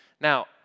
Now